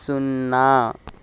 సున్నా